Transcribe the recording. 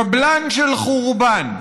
קבלן של חורבן,